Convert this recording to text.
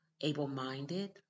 able-minded